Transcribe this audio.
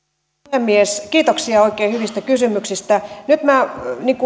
puhemies kiitoksia oikein hyvistä kysymyksistä nyt minä